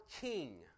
king